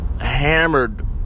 hammered